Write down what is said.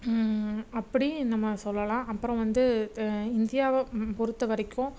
அப்படியும் நம்ம சொல்லலாம் அப்பறம் வந்து இந்தியாவை பொறுத்த வரைக்கும்